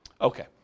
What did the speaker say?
Okay